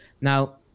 Now